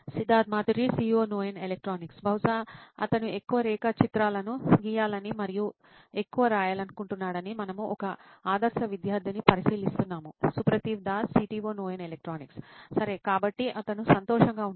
Siddharth Maturi CEO నోయిన్ electronics బహుశా అతను ఎక్కువ రేఖాచిత్రాలను గీయాలని మరియు ఎక్కువ రాయాలనుకుంటున్నాడని మనము ఒక ఆదర్శ విద్యార్థిని పరిశీలిస్తున్నాము సుప్రతీవ్ దాస్ CTO నోయిన్ ఎలక్ట్రానిక్స్ సరే కాబట్టి అతను సంతోషంగా ఉంటాడు